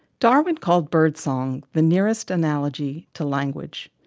darwin called birdsong the nearest analogy to language.